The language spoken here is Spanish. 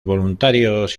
voluntarios